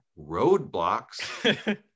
Roadblocks